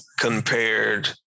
compared